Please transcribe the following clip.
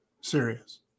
serious